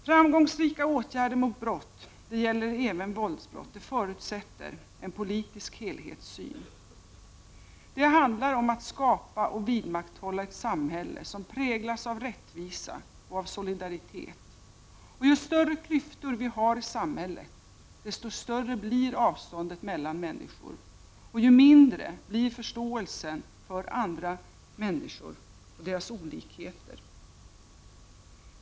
Framgångsrika åtgärder mot brott, även våldsbrott, förutsätter en politisk helhetssyn. Det handlar om att skapa och vidmakthålla ett samhälle som präglas av rättvisa och solidaritet. Ju större klyftor vi har i samhället, desto större blir avståndet mellan människor. Det leder i sin tur till mindre förståelse för andra människor och deras olikheter.